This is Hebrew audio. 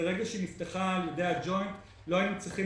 ברגע שהיא נפתחה על ידי הג'וינט לא היינו צריכים